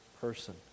person